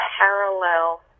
parallel